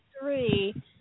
three –